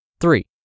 Three